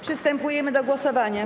Przystępujemy do głosowania.